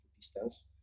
distance